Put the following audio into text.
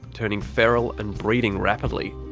turning feral, and breeding rapidly.